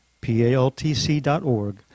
paltc.org